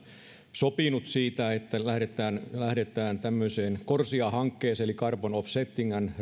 sopinut siitä että lähdetään lähdetään tämmöisen corsia hankkeen eli carbon offsetting and reduction